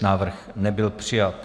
Návrh nebyl přijat.